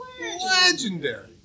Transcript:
Legendary